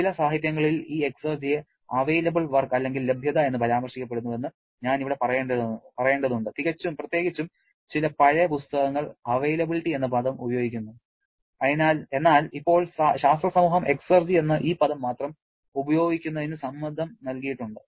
ചില സാഹിത്യങ്ങളിൽ ഈ എക്സർജിയെ അവൈലബിൾ വർക്ക് അല്ലെങ്കിൽ ലഭ്യത എന്ന് പരാമർശിക്കപ്പെടുന്നുവെന്ന് ഞാൻ ഇവിടെ പറയേണ്ടതുണ്ട് പ്രത്യേകിച്ചും ചില പഴയ പുസ്തകങ്ങൾ അവൈലബിലിറ്റി എന്ന പദം ഉപയോഗിക്കുന്നു എന്നാൽ ഇപ്പോൾ ശാസ്ത്ര സമൂഹം എക്സർജി എന്ന ഈ പദം മാത്രം ഉപയോഗിക്കുന്നതിന് സമ്മതം നൽകിയിട്ടുണ്ട്